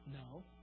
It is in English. No